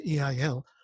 EIL